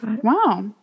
Wow